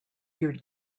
your